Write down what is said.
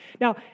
Now